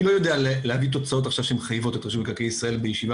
אני לא יודע להביא תוצאות עכשיו שמחייבות את רשות מקרקעי ישראל בישיבה